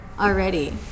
already